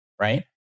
Right